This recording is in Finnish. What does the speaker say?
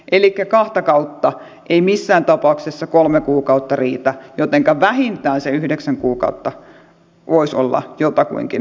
elikkä kahta kautta ei missään tapauksessa kolme kuukautta riitä jotenka vähintään se yhdeksän kuukautta voisi olla jotakuinkin mahdollinen